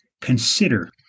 consider